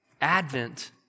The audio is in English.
Advent